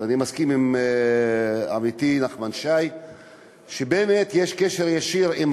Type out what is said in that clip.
אני מסכים עם עמיתי נחמן שי שבאמת יש קשר ישיר בין